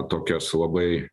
tokias labai